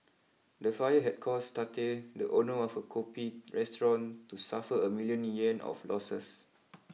the fire had caused Tate the owner of a Kopi restaurant to suffer a million Yuan of losses